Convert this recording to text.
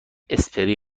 اسپری